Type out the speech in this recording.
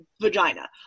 vagina